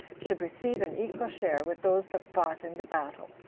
should receive an equal share with those that fought in the battle.